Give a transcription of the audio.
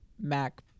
Mac